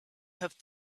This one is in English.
have